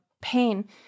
pain